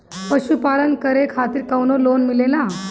पशु पालन करे खातिर काउनो लोन मिलेला?